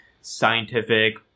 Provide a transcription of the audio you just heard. scientific